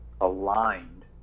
aligned